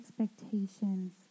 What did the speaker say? Expectations